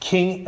King